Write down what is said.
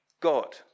God